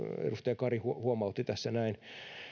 edustaja kari huomautti tässä näin